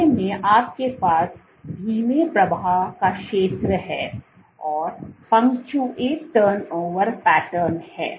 दूसरे में आपके पास धीमे प्रवाह का क्षेत्र है और पंक्चुएट टर्नओवर पैटर्न है